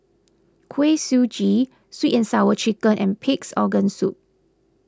Kuih Suji Sweet and Sour Chicken and Pig's Organ Soup